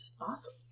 Awesome